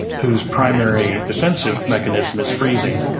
whose primary defensive mechanism is freezing.